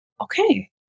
okay